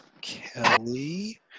Kelly